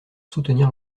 soutenir